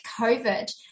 COVID